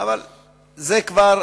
אבל זה כבר,